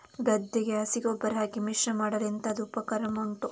ಗದ್ದೆಗೆ ಹಸಿ ಗೊಬ್ಬರ ಹಾಕಿ ಮಿಶ್ರಣ ಮಾಡಲು ಎಂತದು ಉಪಕರಣ ಉಂಟು?